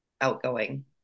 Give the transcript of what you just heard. outgoing